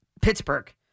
Pittsburgh